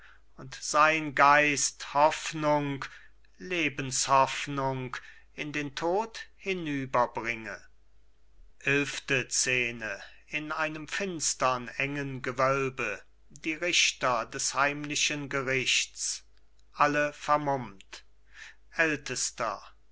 und sein geist hoffnung lebenshoffnung in den tod hinüberbringe die richter des heimlichen gerichts alle vermummt ältester